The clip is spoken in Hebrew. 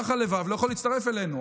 רך הלבב לא יכול להצטרף אלינו.